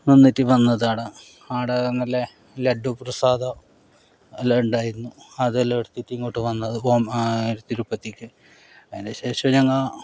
നിന്നിട്ടു വന്നതാണ് ആടെ നല്ല ലഡ്ഡു പ്രസാദം എല്ലാം ഉണ്ടായിരുന്നു അതെല്ലാം എടുത്തിട്ട് ഇങ്ങോട്ട് വന്നത് തിരുപ്പതീക്ക് അതിനുശേഷം ഞങ്ങൾ